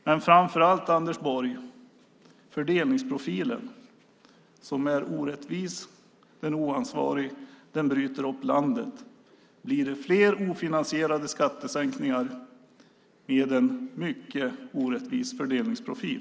Men framför allt, Anders Borg, är fördelningsprofilen orättvis, oansvarig och bryter upp landet. Blir det fler ofinansierade skattesänkningar med en mycket orättvis fördelningsprofil?